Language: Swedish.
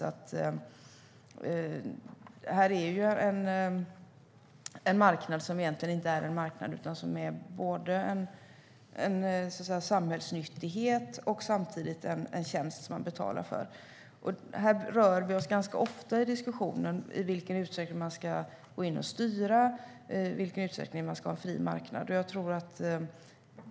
Det här är ju en marknad som egentligen inte är en marknad utan både en samhällsnyttighet och en tjänst man betalar för. Diskussionen handlar ganska ofta om i vilken utsträckning man ska gå in och styra och i vilken utsträckning man ska ha en fri marknad.